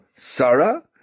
Sarah